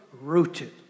rooted